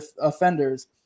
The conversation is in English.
offenders